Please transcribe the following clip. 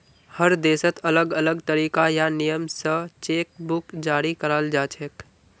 हर देशत अलग अलग तरीका या नियम स चेक बुक जारी कराल जाछेक